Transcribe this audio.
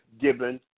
given